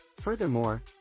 Furthermore